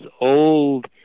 old